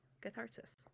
catharsis